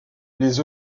les